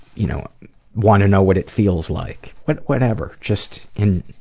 you know want to know what it feels like. but whatever, just